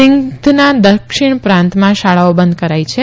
સિંઘના દક્ષિણ પ્રાંતમાં શાળાઓ બંધ રખાઇ છે